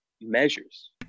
measures